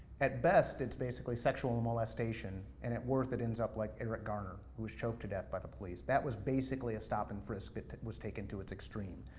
at best, it's basically sexual molestation, and at worse, it ends up like eric garner, who was choked to death by the police. that was basically a stop and frisk that that was taken to its extreme.